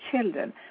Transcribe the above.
children